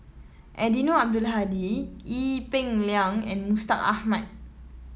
Eddino Abdul Hadi Ee Peng Liang and Mustaq Ahmad